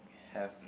have